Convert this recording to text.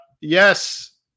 yes